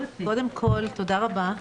קודם כל תודה רבה.